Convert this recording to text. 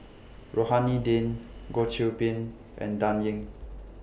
Rohani Din Goh Qiu Bin and Dan Ying